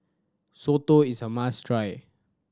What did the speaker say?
soto is a must try